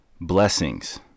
blessings